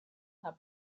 are